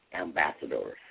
ambassadors